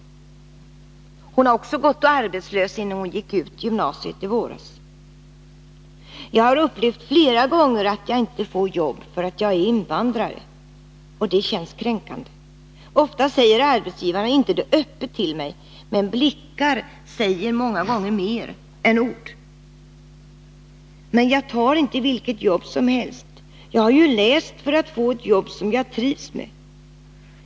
Nermin har gått arbetslös sen hon gick ut gymnasiet i våras. — Jag har upplevt flera gånger att jag inte får jobb för att jag är invandrare. Det känns kränkande. Ofta säger arbetsgivarna inte det öppet till mig men blickar säger många gånger mer än ord. Men jag tar inte vilket jobb som helst. — Jag har ju läst för att få ett jobb som jag trivs med.